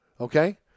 Okay